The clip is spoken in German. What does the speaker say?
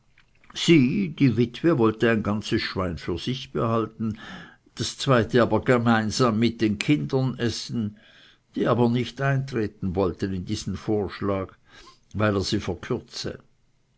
sollte ein ganzes schwein für sich behalten das zweite aber gemeinsam mit den kindern essen die aber nicht eintreten wollten in diesen vorschlag weil er sie verkürze